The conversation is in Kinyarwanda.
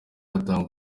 atanga